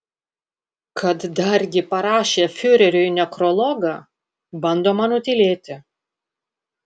kad dargi parašė fiureriui nekrologą bandoma nutylėti